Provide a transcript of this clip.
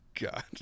God